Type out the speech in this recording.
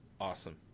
awesome